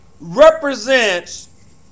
represents